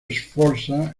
sforza